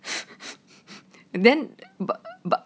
then but but